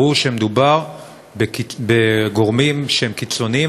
ברור שמדובר בגורמים שהם קיצוניים,